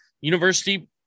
university